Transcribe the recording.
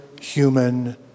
human